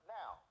now